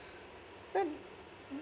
so